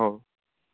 ହଉ